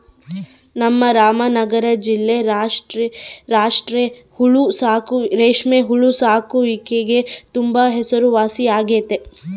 ನಮ್ ರಾಮನಗರ ಜಿಲ್ಲೆ ರೇಷ್ಮೆ ಹುಳು ಸಾಕಾಣಿಕ್ಗೆ ತುಂಬಾ ಹೆಸರುವಾಸಿಯಾಗೆತೆ